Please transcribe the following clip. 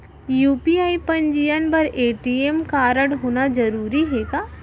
UPI पंजीयन बर ATM कारडहोना जरूरी हे का?